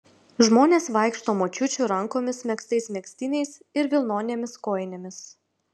žmonės vaikšto močiučių rankomis megztais megztiniais ir vilnonėmis kojinėmis